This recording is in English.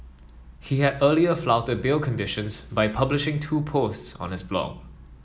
he had earlier flouted bail conditions by publishing two posts on his blog